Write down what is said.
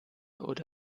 oder